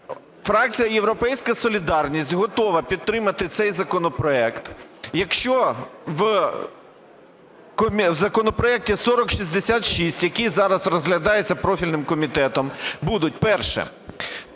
фракція "Європейська солідарність" готова підтримати цей законопроект, якщо в законопроекті 4066, який зараз розглядається профільним комітетом будуть. Перше.